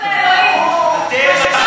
או, הגענו לאלוהים, אתם,